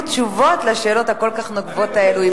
באמת יהיו תשובות על השאלות הכל-כך נוקבות האלה,